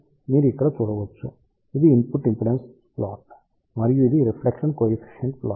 కాబట్టి మీరు ఇక్కడ చూడవచ్చు ఇది ఇన్పుట్ ఇంపిడెన్స్ ప్లాట్ మరియు ఇది రిఫ్లెక్షన్ కోఎఫిషిఎంట్ ప్లాట్